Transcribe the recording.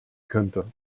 könnte